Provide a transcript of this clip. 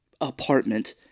apartment